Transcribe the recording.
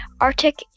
Arctic